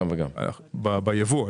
בייבוא.